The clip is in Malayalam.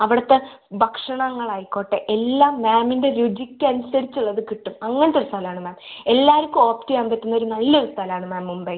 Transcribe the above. അവിടുത്തെ ഭക്ഷണങ്ങളായിക്കോട്ടെ എല്ലാം മാമിൻ്റെ രുചിക്കനുസരിച്ചുള്ളത് കിട്ടും അങ്ങനത്തെ ഒരു സ്ഥലമാണ് മാം എല്ലാവർക്കും വോക്ക് ചെയ്യാൻ പറ്റുന്നൊരു നല്ലൊരു സ്ഥലമാണ് മാം മുംബൈ